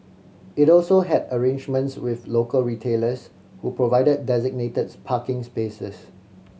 it also had arrangements with local retailers who provided designated parking spaces